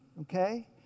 okay